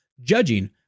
judging